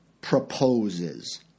proposes